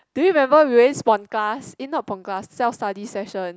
do you remember we always pon class eh not pon class self study session